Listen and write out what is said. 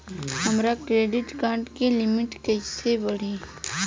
हमार credit card के limit कइसे बढ़ी?